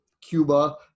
Cuba